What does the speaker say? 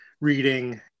reading